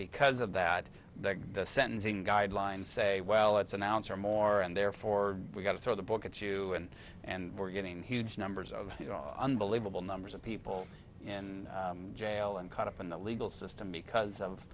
because of that the sentencing guidelines say well it's an ounce or more and therefore we're going to throw the book at you and we're getting huge numbers of you know off unbelievable numbers of people in jail and caught up in the legal system because of